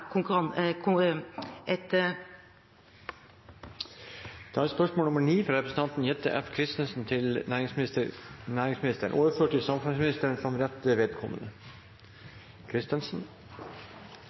et … Dette spørsmålet, fra Jette F. Christensen til næringsministeren, er overført til samferdselsministeren som rette vedkommende.